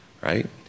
Right